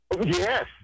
Yes